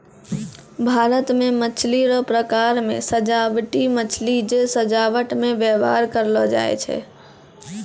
भारत मे मछली रो प्रकार मे सजाबटी मछली जे सजाबट मे व्यवहार करलो जाय छै